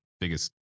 biggest